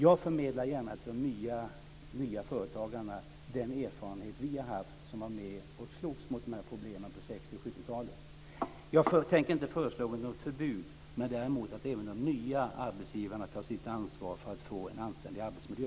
Jag förmedlar gärna till de nya företagarna den erfarenhet som vi har som var med och slogs mot de här problemen på 60 och 70-talen. Jag tänker inte föreslå ett förbud. Däremot handlar det om att även de nya arbetsgivarna tar sitt ansvar för att få en anständig arbetsmiljö.